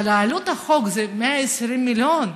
אבל עלות החוק היא 120 מיליון.